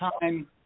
time